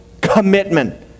commitment